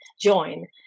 join